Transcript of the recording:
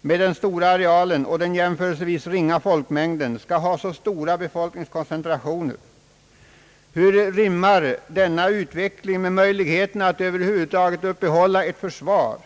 med den stora arealen och den jämförelsevis ringa folkmängden skall ha så stora befolkningskoncentrationer? Hur rimmar denna utveckling med möjligheterna att över huvud taget upprätthålla ett försvar?